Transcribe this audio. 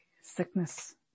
sickness